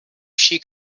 she